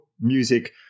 music